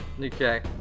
Okay